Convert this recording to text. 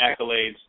accolades